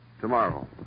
Tomorrow